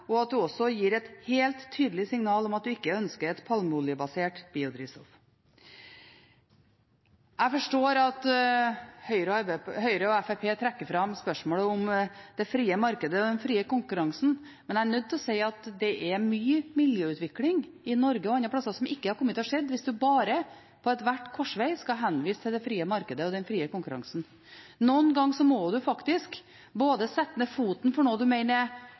og at man også gir et helt tydelig signal om at man ikke ønsker et palmeoljebasert biodrivstoff. Jeg forstår at Høyre og Fremskrittspartiet trekker fram spørsmålet om det frie markedet og den frie konkurransen, men jeg er nødt til å si at det er mye miljøutvikling i Norge og andre steder som ikke hadde kommet til å skje hvis man ved hver korsveg skulle henvist til det frie markedet og den frie konkurransen. Noen ganger må man faktisk sette ned foten for noe man mener er